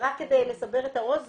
זה רק כדי לסבר את האוזן